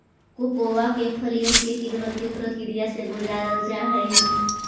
cocoa के फलियन के किण्वन के प्रक्रिया से गुजारल जा हई